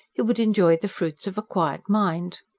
he would enjoy the fruits of a quiet mind.